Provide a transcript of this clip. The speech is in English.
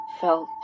felt